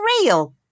real